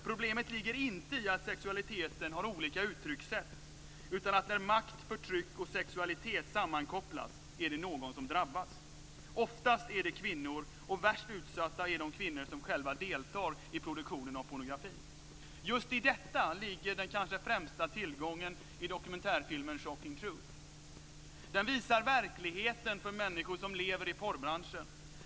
Problemet ligger inte i att sexualiteten har olika uttryckssätt, utan när makt, förtryck och sexualitet sammankopplas är det någon som drabbas. Oftast är det kvinnor, och värst utsatta är de kvinnor som själva deltar i produktionen av pornografin. Just i detta ligger den kanske främsta tillgången i dokumentärfilmen Shocking Truth. Den visar verkligheten för människor som lever i porrbranschen.